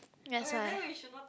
that's why